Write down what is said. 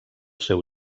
seu